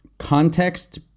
context